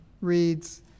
reads